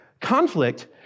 conflict